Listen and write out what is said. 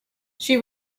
she